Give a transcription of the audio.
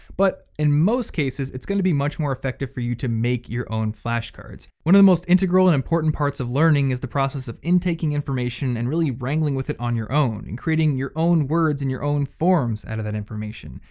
but in most cases, it's gonna be much more effective for you to make your own flashcards. one of the most integral and important parts of learning is the process of intaking information and really wrangling with it on your own and creating your own words and your own forms out of that information.